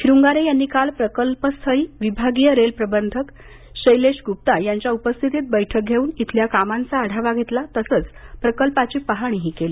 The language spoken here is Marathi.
श्रंगारे यांनी काल प्रकल्पस्थळी विभागीय रेल प्रबंधक शैलेश गुप्ता यांच्या उपस्थितीत बैठक घेऊन इथल्या कामांचा आढावा घेतला तसंच प्रकल्पाची पाहणीही केली